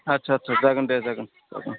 आस्सा आस्सा आस्सा जागोन दे जागोन